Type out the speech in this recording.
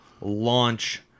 launch